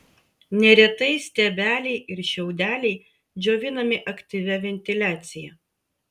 neretai stiebeliai ir šiaudeliai džiovinami aktyvia ventiliacija